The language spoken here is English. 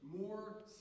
more